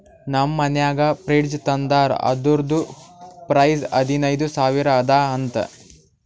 ನಮ್ ಮನ್ಯಾಗ ಫ್ರಿಡ್ಜ್ ತಂದಾರ್ ಅದುರ್ದು ಪ್ರೈಸ್ ಹದಿನೈದು ಸಾವಿರ ಅದ ಅಂತ